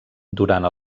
durant